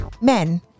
men